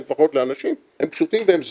לפחות לאנשים הם פשוטים והם זולים.